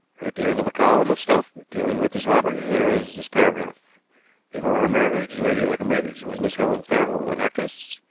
at the end of a column of stuff dealing with this robbery there is this paragraph before her marriage lady leconbridge was miss helen farrow, an actress,